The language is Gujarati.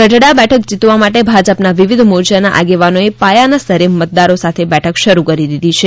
ગઢડા બેઠક જીતવા માટે ભાજપના વિવિધ મોરચાના આગેવાનોએ પાયાના સ્તરે મતદારો સાથે બેઠક શરૂ કરી દીધી છે